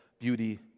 beauty